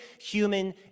human